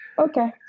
Okay